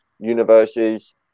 universes